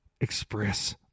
Express